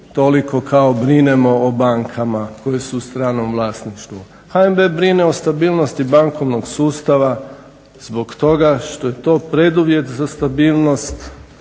toliko kao brinemo o bankama koje su u stranom vlasništvu? HNB brine o stabilnosti bankovnog sustava zbog toga što je to preduvjet za stabilnost,